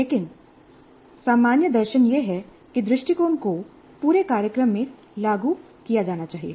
लेकिन सामान्य दर्शन यह है कि दृष्टिकोण को पूरे कार्यक्रम में लागू किया जाना चाहिए